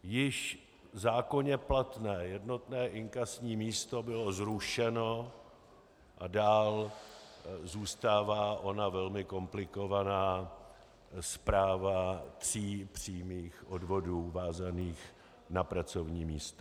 Již v zákoně platné jednotné inkasní místo bylo zrušeno a dále zůstává ona velmi komplikovaná správa tří přímých odvodů vázaných na pracovní místo.